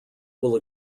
will